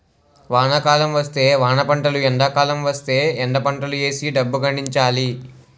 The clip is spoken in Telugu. వానాకాలం వస్తే వానపంటలు ఎండాకాలం వస్తేయ్ ఎండపంటలు ఏసీ డబ్బు గడించాలి